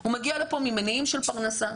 הוא מגיע לפה ממניעים של פרנסה.